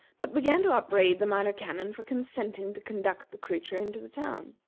but began to upbraid the minor canon for consenting to conduct the creature into the town.